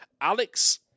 Alex